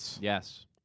Yes